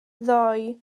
ddoi